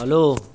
hello